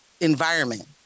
environment